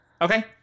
Okay